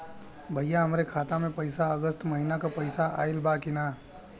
भईया हमरे खाता में अगस्त महीना क पैसा आईल बा की ना?